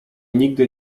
nigdy